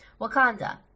Wakanda